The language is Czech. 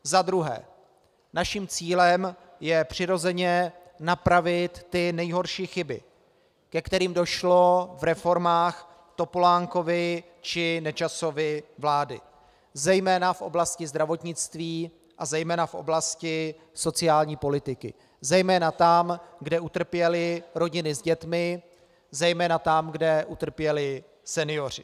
Za druhé, naším cílem je přirozeně napravit ty nejhorší chyby, ke kterým došlo v reformách Topolánkovy či Nečasovy vlády zejména v oblasti zdravotnictví a zejména v oblasti sociální politiky, zejména tam, kde utrpěly rodiny s dětmi, zejména tam, kde utrpěli senioři.